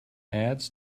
ads